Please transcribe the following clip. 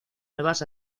nuevas